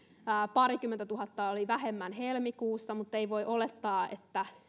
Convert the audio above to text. parikymmentätuhatta oli vähemmän helmikuussa mutta ei voi olettaa että